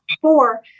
four